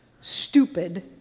stupid